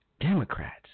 Democrats